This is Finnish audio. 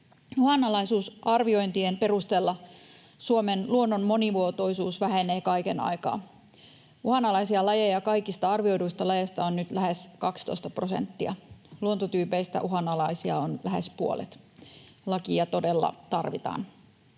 Uhanalaisuusarviointien perusteella Suomen luonnon monimuotoisuus vähenee kaiken aikaa. Uhanalaisia lajeja kaikista arvioiduista lajeista on nyt lähes 12 prosenttia, luontotyypeistä uhanalaisia on lähes puolet. Lakia todella tarvitaan.